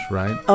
right